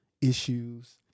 issues